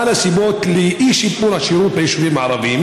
2. מהן הסיבות לאי-שיפור השירות ביישובים הערביים?